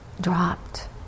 dropped